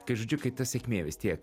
kai žodžiu kai ta sėkmė vis tiek